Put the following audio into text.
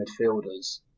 midfielders